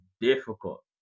difficult